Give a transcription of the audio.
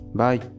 bye